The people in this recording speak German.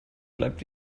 bleibt